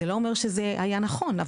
זה לא אומר שזה היה נכון,